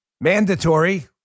Mandatory